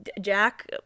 Jack